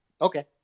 Okay